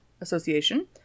Association